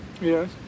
Yes